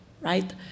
right